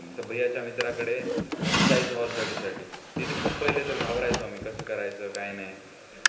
त भैय्याच्या मित्राकडे असंच जायचो हॉर्स रायडिंगसाठी तिथे खूप पहिले तर घाबरायचो आम्ही कसं करायचं काय नाही